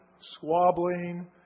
squabbling